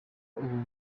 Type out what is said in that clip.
ubu